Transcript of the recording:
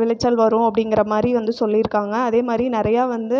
விளைச்சல் வரும் அப்படிங்கிற மாதிரி வந்து சொல்லியிருக்காங்க அதேமாதிரி நிறையா வந்து